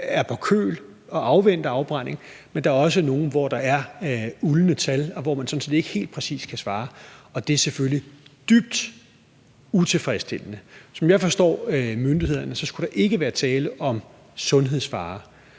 er på køl og afventer afbrænding, men hvor der også nogle steder er uldne tal, og hvor man sådan set ikke helt præcist kan svare. Det er selvfølgelig dybt utilfredsstillende. Som jeg forstår myndighederne, skulle der ikke være tale om sundhedsfare,